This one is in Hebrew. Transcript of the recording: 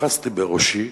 אחזתי בראשי,